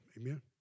Amen